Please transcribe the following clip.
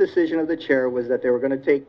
decision of the chair was that they were going to take